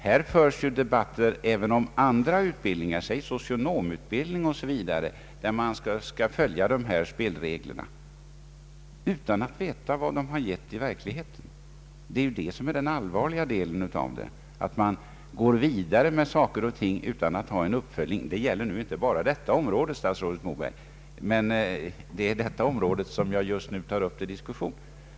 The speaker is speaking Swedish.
Här förs debatter även om andra utbildningar, säg socionomutbildningen, där man skall följa dessa spelregler utan att veta vad de givit i verkligheten. Det är det allvarliga att man går vidare med saker och ting utan denna uppföljning. Det gäller inte bara detta område, statsrådet Moberg, men det är detta område jag just nu tar upp till diskussion.